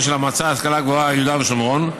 של המועצה להשכלה גבוהה (יהודה ושומרון)